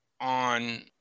on